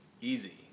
easy